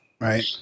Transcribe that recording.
Right